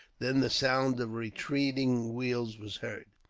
then the sound of retreating wheels was heard.